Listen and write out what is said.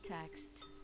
text